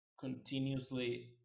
continuously